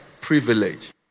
privilege